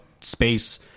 space